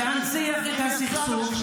למעשה להנציח את הסכסוך.